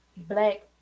black